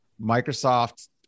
Microsoft